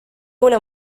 una